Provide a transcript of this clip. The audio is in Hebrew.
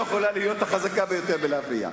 לא יכולה להיות החזקה ביותר ולהפריע.